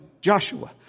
Joshua